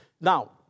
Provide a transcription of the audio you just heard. Now